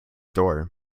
door